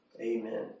amen